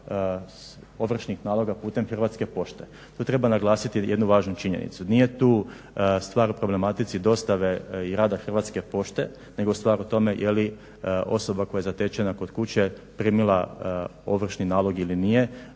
ovršnih naloga putem Hrvatske pošte. Tu treba naglasiti jednu važnu činjenicu. Nije tu stvar u problematici dostave i rada Hrvatske pošte nego je stvar u tome je li osoba koja je zatečena kod kuće primila ovršni nalog ili nije.